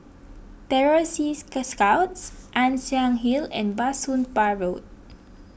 Terror Sea Scouts Ann Siang Hill and Bah Soon Pah Road